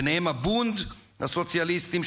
ובהן הבונד הסוציאליסטים,